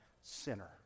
sinner